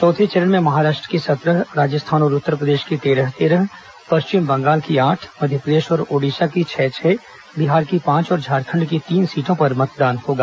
चौथे चरण में महाराष्ट्र की सत्रह राजस्थान और उत्तरप्रदेश की तेरह तेरह पश्चिम बंगाल की आठ मध्यप्रदेश और ओडिशा की छह छह बिहार की पांच और झारखंड की तीन सीटों पर मतदान होगा